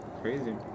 crazy